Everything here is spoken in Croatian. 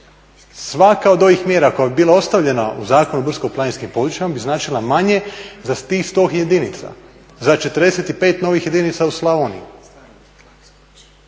Svaka od ovih mjera koja bi bila ostavljena u Zakonu o brdsko-planinskim područjima bi značila manje za tih sto jedinica, za 45 novih jedinica u Slavoniji.